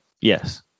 Yes